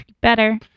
Better